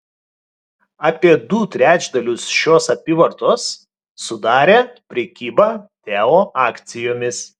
apie du trečdalius šios apyvartos sudarė prekyba teo akcijomis